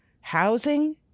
housing